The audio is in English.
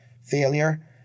failure